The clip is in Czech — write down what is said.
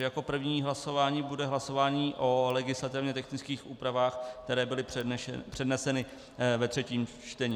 Jako první hlasování bude hlasování o legislativně technických úpravách, které byly předneseny ve třetím čtení.